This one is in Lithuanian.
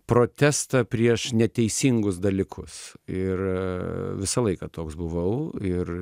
protestą prieš neteisingus dalykus ir visą laiką toks buvau ir